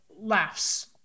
laughs –